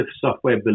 software